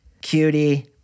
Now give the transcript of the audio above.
Cutie